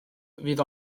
fydd